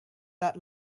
that